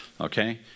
okay